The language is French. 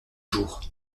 jours